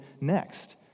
next